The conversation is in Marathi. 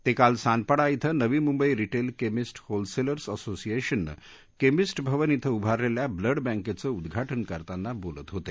ते काल सानपाडा िंग Navi Mumbai retail chemist wholesalers असोसिएशननं केमिस्ट भवन िंग उभारलेल्या ब्लड बॅकेचं उद्घाटन करताना बोलत होते